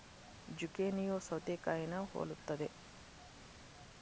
ಜುಕೇನಿಯೂ ಸೌತೆಕಾಯಿನಾ ಹೊಲುತ್ತದೆ